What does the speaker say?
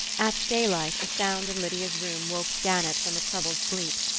at daylight a sound in lydia's room woke gannett from a troubled sleep.